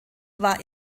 war